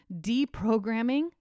deprogramming